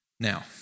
Now